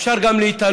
אפשר גם להיתלות